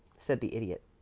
said the idiot.